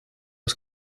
aus